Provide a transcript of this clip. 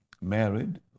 married